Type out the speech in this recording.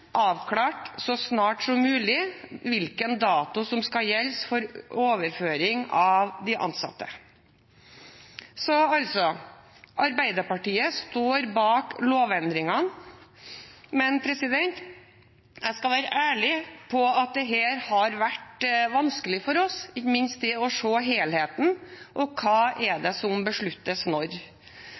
avklart så snart som mulig hvilken dato som skal gjelde for overføring av de ansatte. Arbeiderpartiet står bak lovendringene, men jeg skal være ærlig om at dette har vært vanskelig for oss, ikke minst det å se helheten og hva som besluttes når.